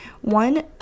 One